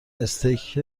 استیک